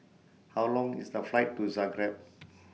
How Long IS The Flight to Zagreb